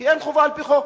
כי אין חובה על-פי חוק.